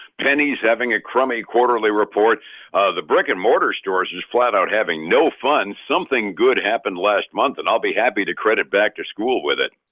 penny's having a crummy quarterly report the brick-and-mortar stores is flat out having no fun. something good happened last month and i'll be happy to credit back-to-school with it.